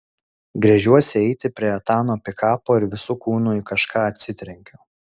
gręžiuosi eiti prie etano pikapo ir visu kūnu į kažką atsitrenkiu